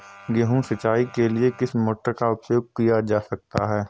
गेहूँ सिंचाई के लिए किस मोटर का उपयोग किया जा सकता है?